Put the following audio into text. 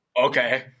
Okay